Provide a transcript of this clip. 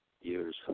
years